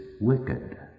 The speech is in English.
wicked